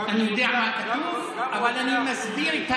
שאמר לי: אני מעדיף רוצחים יהודים על רוצחים ערבים.